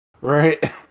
right